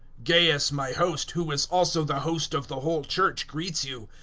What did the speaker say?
gaius, my host, who is also the host of the whole church, greets you.